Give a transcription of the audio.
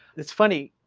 it's funny,